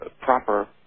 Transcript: proper